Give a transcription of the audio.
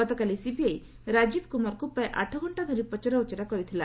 ଗତକାଲି ସିବିଆଇ ରାଜୀବ କୁମାରଙ୍କୁ ପ୍ରାୟ ଆଠଘଣ୍ଟା ଧରି ପଚରାଉଚରା କରିଥିଲା